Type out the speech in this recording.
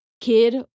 kid